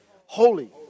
holy